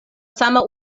sama